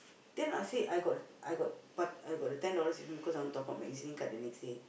then I say I got I got p~ ten dollars with me because I want top up my E_Z-Link card the next day